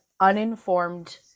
uninformed